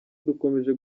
dukomeje